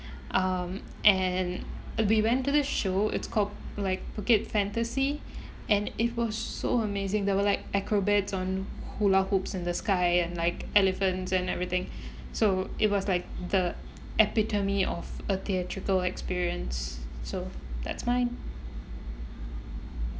um and we went to this show it's called like phuket fantasy and it was so amazing there were like acrobats on hula hoops in the sky and like elephants and everything so it was like the epitome of a theatrical experience so that's mine